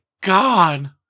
god